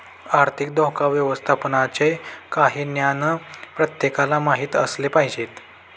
आर्थिक धोका व्यवस्थापनाचे काही ज्ञान प्रत्येकाला माहित असले पाहिजे